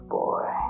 boy